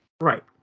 Right